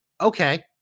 Okay